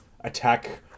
attack